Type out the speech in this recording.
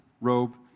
robe